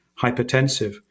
hypertensive